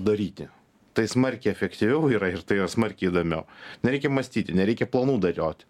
daryti tai smarkiai efektyviau yra ir tai yra smarkiai įdomiau nereikia mąstyti nereikia planų dėlioti